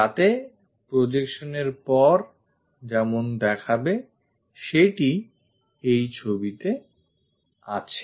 তাতে projection এর পর যেমন দেখাবে সেটি এই ছবিতে আছে